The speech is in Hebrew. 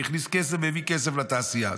זה הכניס כסף והביא כסף לתעשייה.